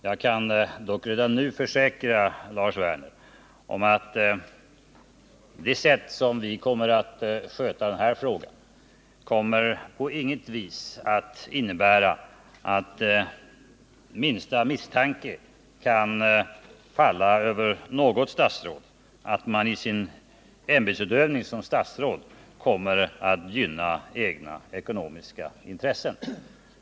Jag kan dock redan nu försäkra Lars Werner om att det sätt på vilket vi kommer att sköta den här frågan på inget vis kommer att innebära att minsta misstanke kan falla över något statsråd att han i sin ämbetsutövning gynnar egna ekonomiska intressen.